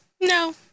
No